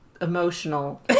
emotional